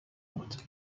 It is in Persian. بود